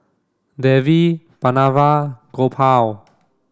Devi Pranav Gopal